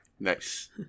Nice